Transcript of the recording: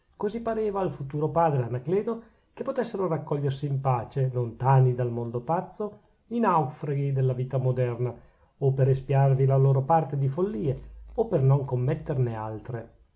così pareva al futuro padre anacleto che potessero raccogliersi in pace lontani dal mondo pazzo i naufraghi della vita moderna o per espiarvi la loro parte di follie o per non commetterne altre